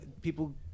people